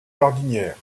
jardinières